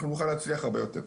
אנחנו נוכל להצליח הרבה יותר.